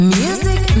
music